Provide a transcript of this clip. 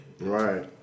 Right